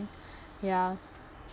ya